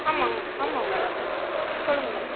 ஆமாங்க ஆமாங்க மேடம் சொல்லுங்க மேடம்